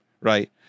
right